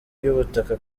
y’ubutaka